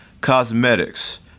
cosmetics